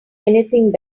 anything